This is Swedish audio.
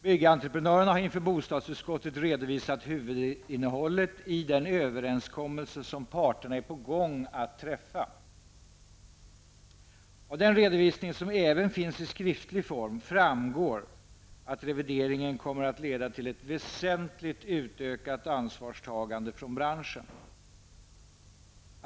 Byggentreprenörerna har inför bostadsutskottet redovisat huvudinnehållet i den överenskommelse som parterna är på gång att träffa. Av denna redovisning, som även finns i skriftlig form, framgår att revideringen kommer att leda till ett väsentligt utökat ansvarstagande från branschen.